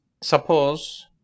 suppose